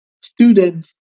students